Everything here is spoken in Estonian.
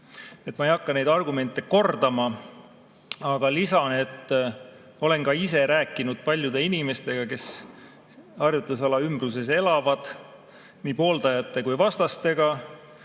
Ma ei hakka neid argumente kordama, aga lisan, et olen ka ise rääkinud paljude inimestega, kes harjutusala ümbruses elavad, nii pooldajate kui ka vastastega,